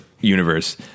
universe